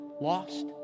lost